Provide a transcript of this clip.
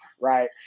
right